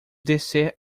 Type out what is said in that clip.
descer